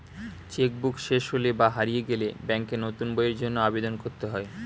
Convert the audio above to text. check book শেষ হলে বা হারিয়ে গেলে ব্যাঙ্কে নতুন বইয়ের জন্য আবেদন করতে হয়